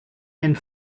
and